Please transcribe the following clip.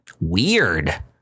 Weird